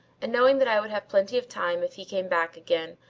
and knowing that i would have plenty of time if he came back again,